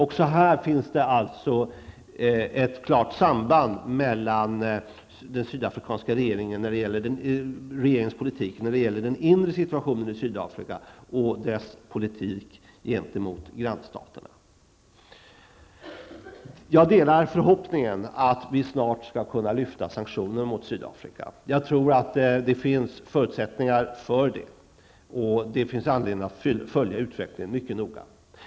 Även här finns det alltså ett klart samband mellan den sydafrikanska regeringens politik när det gäller den inre situationen i Sydafrika och dess politik gentemot grannstaterna. Jag delar förhoppningen att vi snart skall kunna lyfta sanktionerna mot Sydafrika. Jag tror att det finns förutsättningar för det. Det finns anledning att följa utvecklingen mycket noga.